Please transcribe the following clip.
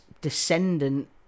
descendant